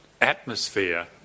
atmosphere